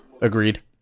Agreed